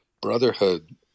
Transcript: brotherhood